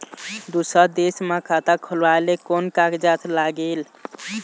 दूसर देश मा खाता खोलवाए ले कोन कागजात लागेल?